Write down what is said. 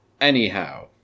Anyhow